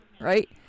right